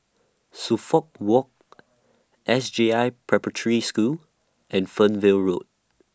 Suffolk Walk S J I Preparatory School and Fernvale Road